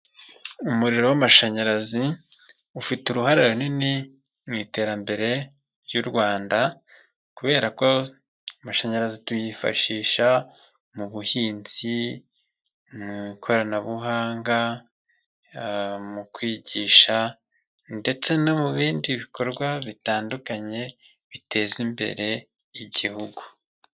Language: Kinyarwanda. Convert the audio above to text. Umuriro w'amashanyarazi ufite uruhare runini mu iterambere ry'u Rwanda, kubera ko amashanyarazi tuyifashisha mu buhinzi, mu ikoranabuhanga, mu kwigisha ndetse no mu bindi bikorwa bitandukanye biteza imbere igihugu.